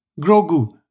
Grogu